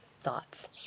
thoughts